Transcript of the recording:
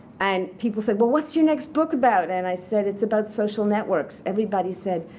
and people said, well, what's your next book about? and i said, it's about social networks. everybody said,